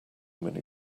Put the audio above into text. many